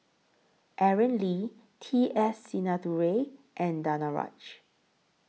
Aaron Lee T S Sinnathuray and Danaraj